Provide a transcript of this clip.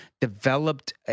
developed